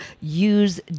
use